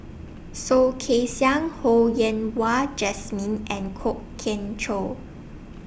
Soh Kay Siang Ho Yen Wah Jesmine and Kwok Kian Chow